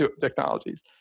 technologies